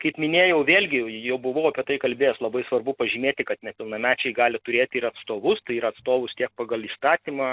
kaip minėjau vėlgi jau buvau apie tai kalbėjęs labai svarbu pažymėti kad nepilnamečiai gali turėti ir atstovus tai yra atstovus tiek pagal įstatymą